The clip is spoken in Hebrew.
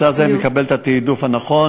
בנושא הזה אני מקבל את התעדוף הנכון,